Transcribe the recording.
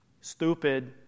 stupid